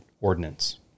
ordinance